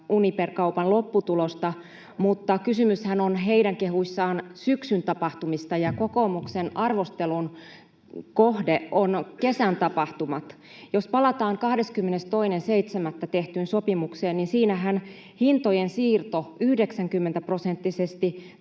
Uniper-kaupan lopputulosta, mutta kysymyshän on heidän kehuissaan syksyn tapahtumista, ja kokoomuksen arvostelun kohteena ovat kesän tapahtumat. Jos palataan 22.7. tehtyyn sopimukseen, niin siinähän hintojen siirto 90-prosenttisesti